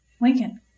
Lincoln